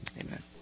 amen